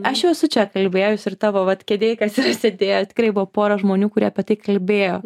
aš jau esu čia kalbėjus ir tavo vat kėdėj kas ir sėdėję tikrai buvo pora žmonių kurie apie tai kalbėjo